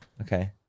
Okay